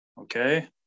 okay